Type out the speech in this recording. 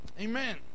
Amen